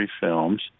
films